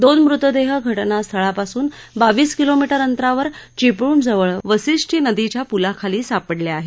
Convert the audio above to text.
दोन मृतदेह घटनास्थळापासून बावीस किलोमीटर अंतरावर चिपळूणजवळ वाशिष्ठी नदीच्या प्लाखाली सापडले आहेत